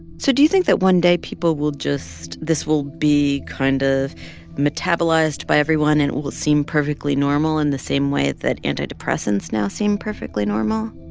so do you think that one day people will just this will be kind of metabolized by everyone, and it will seem perfectly normal in the same way that antidepressants now seem perfectly normal?